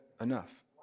enough